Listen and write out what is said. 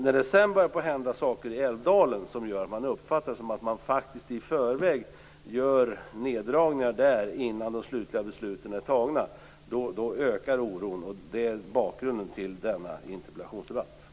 När det sedan börjar hända saker i Älvdalen som gör att man uppfattar det hela som att det i förväg görs neddragningar där innan de slutliga besluten är fattade - då ökar oron. Detta är bakgrunden till denna interpellationsdebatt.